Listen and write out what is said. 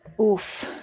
Oof